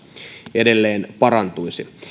edelleen parantuisi